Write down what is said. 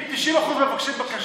אז משהו לא בסדר.